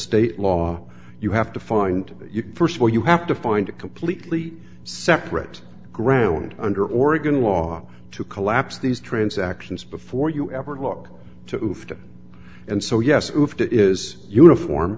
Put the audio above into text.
state law you have to find you st of all you have to find a completely separate ground under oregon law to collapse these transactions before you ever look to move to and so yes it is uniform